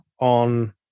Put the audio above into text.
on